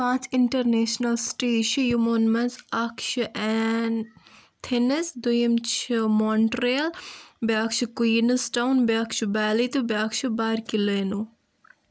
پانژھ international cities چھِ یِمن منٛز اکھ چھِ ایٚنتھنٕز دٔیِم چھ مونٹِیریل بیاکھ چھِ کُویِنٕز ٹاوُن بیٚاکھ چِھ بیلی تہٕ بیٚاکھ چھِ بارکِلیلو